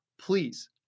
please